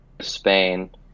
Spain